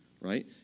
right